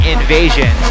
Invasion